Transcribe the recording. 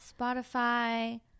Spotify